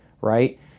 right